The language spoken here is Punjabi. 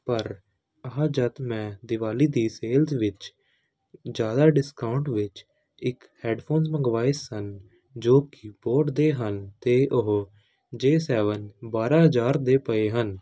ਪਰ ਆਹ ਜਦੋਂ ਮੈਂ ਦਿਵਾਲੀ ਦੀ ਸੇਲਸ ਵਿੱਚ ਜ਼ਿਆਦਾ ਡਿਸਕਾਊਂਟ ਵਿੱਚ ਇੱਕ ਹੈਡਫੋਨਸ ਮੰਗਵਾਏ ਸਨ ਜੋ ਕਿ ਬੋਟ ਦੇ ਹਨ ਅਤੇ ਉਹ ਜੇ ਸੈਵਨ ਬਾਰਾਂ ਹਜ਼ਾਰ ਦੇ ਪਏ ਹਨ